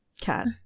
cat